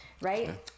right